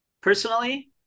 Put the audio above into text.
personally